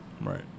right